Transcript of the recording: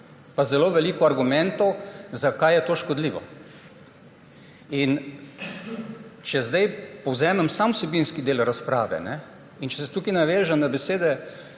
Pa zelo veliko argumentov, zakaj je to škodljivo. Če zdaj povzamem samo vsebinski del razprave in če se tukaj navežem na besede